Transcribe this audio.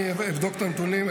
אני אבדוק את הנתונים,